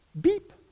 beep